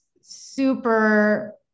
super